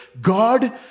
God